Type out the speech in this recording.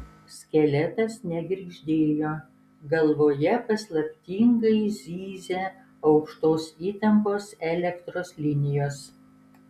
skeletas negirgždėjo galvoje paslaptingai zyzė aukštos įtampos elektros linijos